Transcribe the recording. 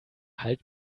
halt